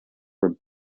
were